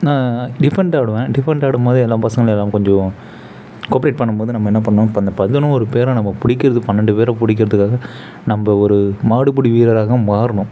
நான் டிஃபண்ட் ஆடுவேன் டிஃபண்ட் ஆடும்போது எல்லா பசங்களும் எல்லா கொஞ்சம் கோ ஆப்ரேட் பண்ணும்போது நம்ம என்ன பண்ணுவோம் இப்போ அந்த பதினோரு பேரை நம்ம பிடிக்கறது பன்னெண்டு பேரை பிடிக்கிறதுக்காக நம்ம ஒரு மாடுபிடி வீரராக மாறணும்